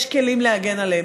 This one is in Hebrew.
יש כלים להגן עליהם.